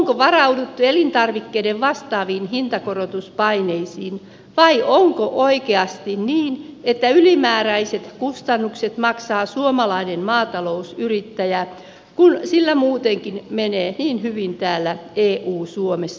onko varauduttu elintarvikkeiden vastaaviin hintakorotuspaineisiin vai onko oikeasti niin että ylimääräiset kustannukset maksaa suomalainen maatalousyrittäjä kun sillä muutenkin menee niin hyvin täällä eu suomessa